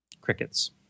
Crickets